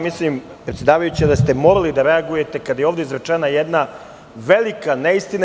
Mislim, predsedavajuća, da ste morali da reagujete kada je ovde izrečena jedna velika neistina.